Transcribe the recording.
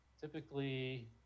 typically